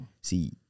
see